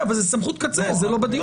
אבל זה סמכות קצה, זה לא בדיון כרגע.